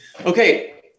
Okay